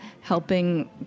helping